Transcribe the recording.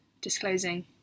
disclosing